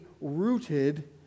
rooted